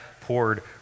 poured